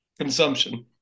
consumption